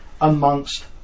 amongst